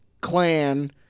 clan